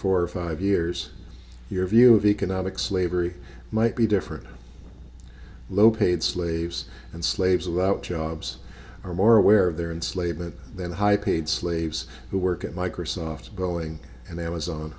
four or five years your view of economic slavery might be different low paid slaves and slaves without jobs are more aware of their in slave and than high paid slaves who work at microsoft going and amazon